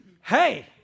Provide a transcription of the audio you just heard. Hey